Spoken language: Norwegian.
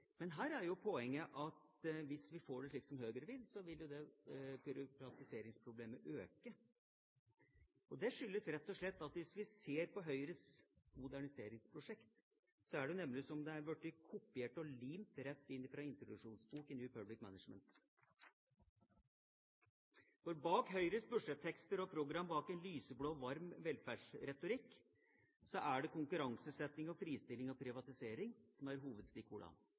Men her er jo poenget at hvis vi får det slik som Høyre vil, vil byråkratiseringsproblemet øke. Det skyldes rett og slett, hvis vi ser på Høyres moderniseringsprosjekt, at det ser ut som det er blitt kopiert og limt rett inn fra en introduksjonsbok i New Public Management. Bak Høyres budsjettekster og program, bak en lyseblå og varm velferdsretorikk, er det konkurranseutsetting, fristilling og privatisering som er